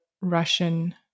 Russian